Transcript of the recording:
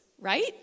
right